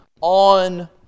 on